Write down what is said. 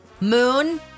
Moon